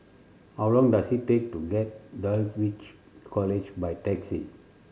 how long does it take to get Dulwich College by taxi